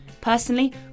personally